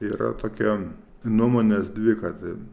yra tokia nuomonės dvi kad